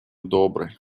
добрый